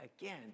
again